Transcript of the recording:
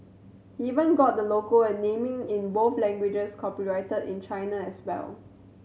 even got the logo and naming in both languages copyrighted in China as well